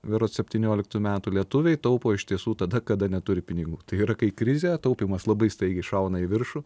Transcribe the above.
berods septynioliktų metų lietuviai taupo iš tiesų tada kada neturi pinigų tai yra kai krizė taupymas labai staigiai šauna į viršų